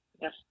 yes